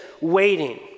waiting